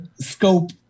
scope